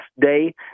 day